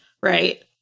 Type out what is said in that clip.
right